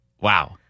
Wow